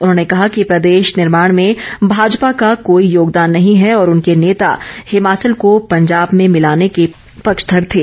उन्होंने कहा कि प्रदेश निर्माण में भाजपा का कोई योगदान नहीं है और उनके नेता हिमाचल को पंजाब में मिलाने के पक्षधर थे